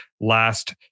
last